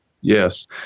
Yes